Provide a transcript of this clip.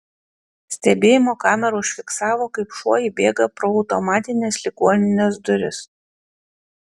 stebėjimo kamera užfiksavo kaip šuo įbėga pro automatines ligoninės duris